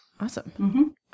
Awesome